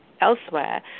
elsewhere